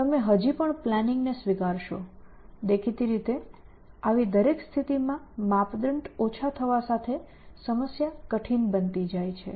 તમે હજી પણ પ્લાનિંગને સ્વીકારશો દેખીતી રીતે આવી દરેક સ્થિતિ માં માપદંડ ઓછા થવા સાથે સમસ્યા કઠિન બનતી જાય છે